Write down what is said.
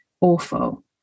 awful